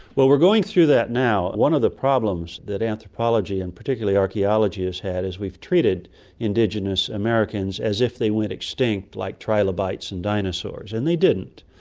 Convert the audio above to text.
well, we're going through that now. one of the problems that anthropology and particularly archaeology has had is we've treated indigenous americans as if they went extinct like trilobites and dinosaurs, and they didn't.